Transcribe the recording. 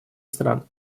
стран